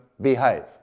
behave